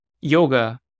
yoga